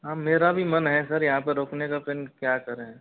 हाँ मेरा भी मन है सर यहाँ पे रुकने का लेकिन क्या करें